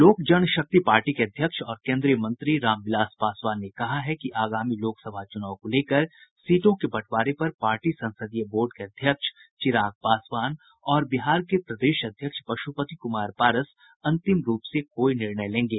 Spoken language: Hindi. लोक जन शक्ति पार्टी के अध्यक्ष और केन्द्रीय मंत्री राम विलास पासवान ने कहा है कि आगामी लोकसभा चूनाव को लेकर सीटों के बंटवारे पर पार्टी संसदीय बोर्ड के अध्यक्ष चिराग पासवान और बिहार के प्रदेश अध्यक्ष पशुपति कुमार पारस अंतिम रूप से कोई निर्णय लेंगे